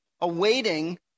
awaiting